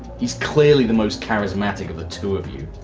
he's clearly the most charismatic of the two of you.